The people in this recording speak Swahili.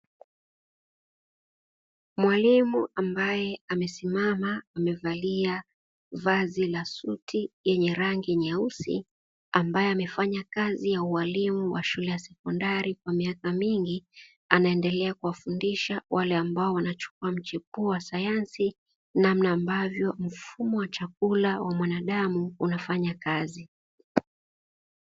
Mwalimu ambaye amesimama, amevalia vazi la suti yenye rangi nyeusi, ambaye amefanya kazi ya ualimu wa shule ya sekondari kwa miaka mingi, anaendelea kuwafundisha wale ambao wanachukua mchepuo wa sayansi, namna ambavyo mfumo wa chakula wa mwanadamu, unafanya kazi.